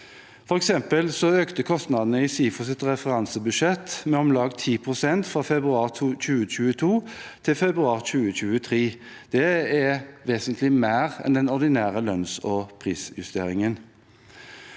For eksempel økte kostnadene i SIFOs referansebudsjett med om lag 10 pst. fra februar 2022 til februar 2023. Det er ve sentlig mer enn den ordinære lønns- og prisjusteringen.